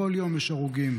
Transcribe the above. כל יום יש הרוגים,